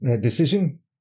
decision